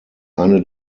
eine